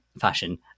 fashion